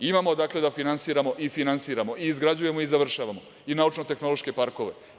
Imamo, dakle, da finansiramo i finansiramo i izgrađujemo i završavamo i naučno-tehnološke parkove.